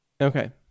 Okay